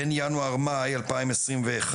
בין ינואר מאי 2021,